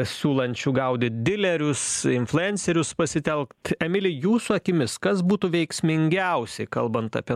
siūlančių gaudyt dilerius influencerius pasitelkt emili jūsų akimis kas būtų veiksmingiausia kalbant apie